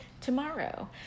tomorrow